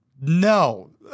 No